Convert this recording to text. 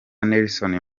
nelson